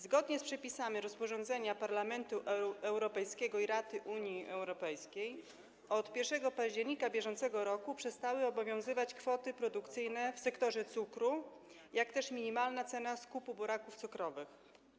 Zgodnie z przepisami rozporządzenia Parlamentu Europejskiego i Rady Unii Europejskiej od 1 października br. przestały obowiązywać kwoty produkcyjne w sektorze cukru, jak też minimalna cena skupu buraków cukrowych.